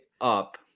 up